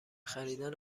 خریدن